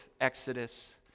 exodus